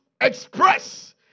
express